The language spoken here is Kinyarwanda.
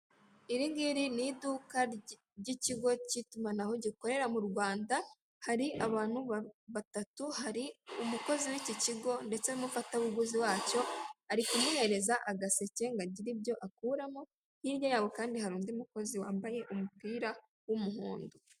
Iringiri ni iduka ry'ikigo cy'itumanaho gikorera mu Rwanda, hari abantu batatu hari umukozi w'iki kigo ndetse n'umufatabuguzi wacyo ari kumuhereza agaseke ngo agire ibyo akuramo, hirya ya ho kandi hari undi mukozi wambaye umupira w'umuhondo.